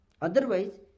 Otherwise